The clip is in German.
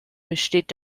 besteht